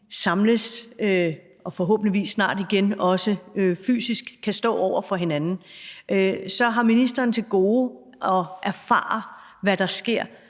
samles og forhåbentlig snart også snart igen fysisk kan stå over for hinanden, så har ministeren til gode at erfare, hvad der sker,